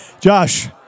Josh